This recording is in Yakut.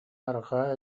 арҕаа